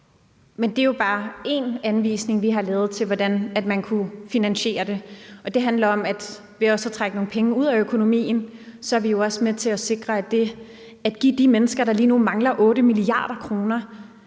Men det er jo bare én anvisning, vi har lavet, til, hvordan man kunne finansiere det. Og det handler om, at ved også at trække nogle penge ud af økonomien er vi også med til at sikre, at det at give noget til de mennesker, der lige nu mangler 8 mia. kr.,